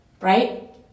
Right